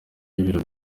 y’ibiro